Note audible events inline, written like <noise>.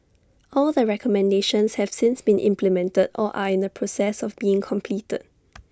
all the recommendations have since been implemented or are in the process of being completed <noise>